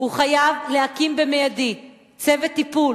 אני מוסיף לך דקה, ותשתדלי לסיים בדקה.